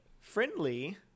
friendly